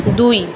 দুই